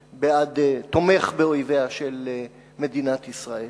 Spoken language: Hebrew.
תומך באויביה של מדינת ישראל.